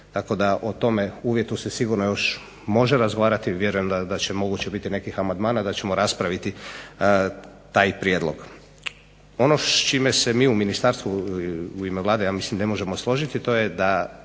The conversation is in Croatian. tako da o tome uvjetu se sigurno još može razgovarati, vjerujem da će moguće biti nekih amandmana da ćemo raspraviti taj prijedlog. Ono s čime se mi u ministarstvu u ime Vlade ja mislim ne možemo složiti to je da